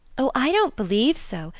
oh, i don't believe so.